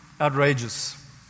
outrageous